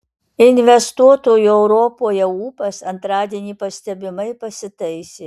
investuotojų europoje ūpas antradienį pastebimai pasitaisė